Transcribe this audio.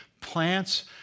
Plants